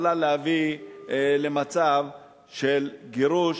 יכולה להביא למצב של גירוש